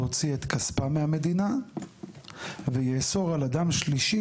להוציא את כספם מהמדינה ויאסור על אדם שלישי,